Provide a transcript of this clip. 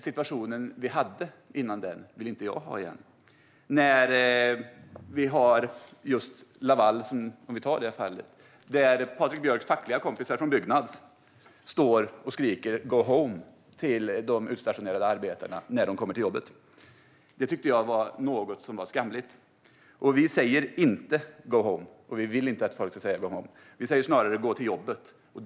Situationen vi hade före Lavaldomen vill jag inte ha igen. Patrik Björcks fackliga kompisar från Byggnads stod och skrek "go home" till de utstationerade arbetarna när de kom till jobbet. Jag tyckte att detta var skamligt. Vi säger inte "go home" och vill inte att folk ska säga det. Vi säger snarare "gå till jobbet".